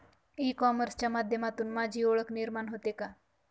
E कॉमर्सच्या माध्यमातून माझी ओळख निर्माण होते का?